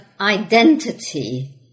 identity